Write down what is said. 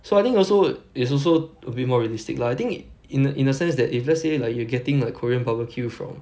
so I think also it's also a bit more realistic lah I think in a in a sense that if let's say like you're getting a korean barbecue from